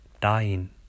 dying